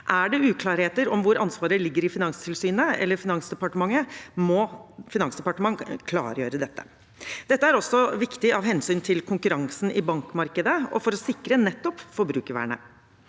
Er det uklarheter om hvor ansvaret ligger, i Finanstilsynet eller i Finansdepartementet, må Finansdepartementet klargjøre dette. Dette er også viktig av hensyn til konkurransen i bankmarkedet og for å sikre nettopp forbrukervernet.